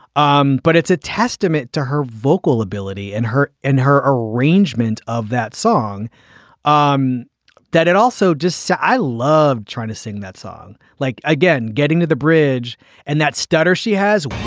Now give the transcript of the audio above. um but it's a testament to her vocal ability and her and her arrangement of that song um that it also just say, i love trying to sing that song like again, getting to the bridge and that stutter. she has